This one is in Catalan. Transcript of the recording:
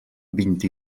vint